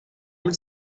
mit